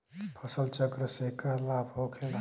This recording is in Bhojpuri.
फसल चक्र से का लाभ होखेला?